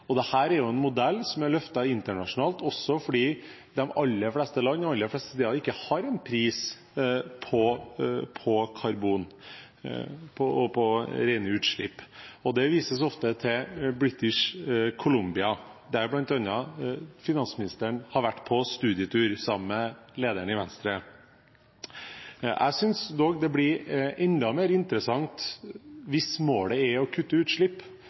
er en modell som er løftet internasjonalt også fordi de aller fleste land og aller fleste steder ikke har en pris på karbon og på rene utslipp. Det vises ofte til British Colombia, der bl.a. finansministeren har vært på studietur sammen med lederen i Venstre. Jeg synes det blir enda mer interessant, hvis målet er å kutte utslipp